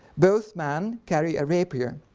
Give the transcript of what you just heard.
both men carry a rapier,